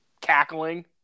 cackling